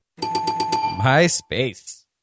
MySpace